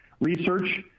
research